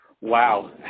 Wow